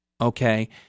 Okay